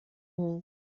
wall